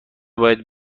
باید